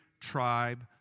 tribe